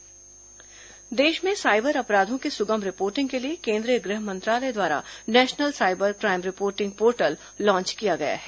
cyber crime reporting portal देश में cyber अपराधों की सुगम रिपोर्टिंग के लिए केन्द्रीय गृह मंत्रालय द्वारा national cyber crime reporting portal launch किया गया है